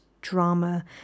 drama